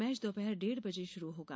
match दोपहर डेढ़ बजे शुरू होगा